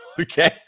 Okay